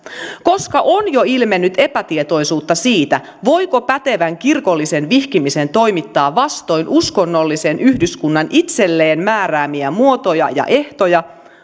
koska on jo ilmennyt epätietoisuutta siitä voiko pätevän kirkollisen vihkimisen toimittaa vastoin uskonnollisen yhdyskunnan itselleen määräämiä muotoja ja ehtoja